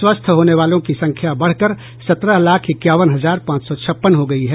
स्वस्थ होने वालों की संख्या बढ़कर सत्रह लाख इक्यावन हजार पांच सौ छप्पन हो गयी है